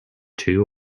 two